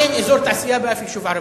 למה אין אזור תעשייה בשום יישוב ערבי?